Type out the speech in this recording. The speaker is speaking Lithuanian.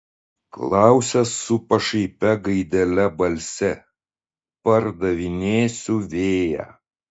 klausia su pašaipia gaidele balse pardavinėsiu vėją